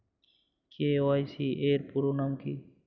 KYC এর পুরোনাম কী?